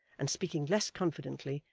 and speaking less confidently,